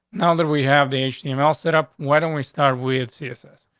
now that we have the ancient email set up, why don't we start? we had css,